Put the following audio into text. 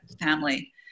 family